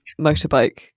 motorbike